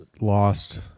lost